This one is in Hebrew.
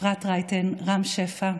אפרת רייטן, רם שפע,